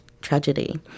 tragedy